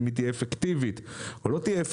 האם היא תהיה אפקטיבית או לא אפקטיבית.